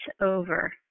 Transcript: over